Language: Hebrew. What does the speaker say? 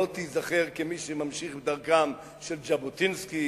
לא תיזכר כמי שממשיך את דרכם של ז'בוטינסקי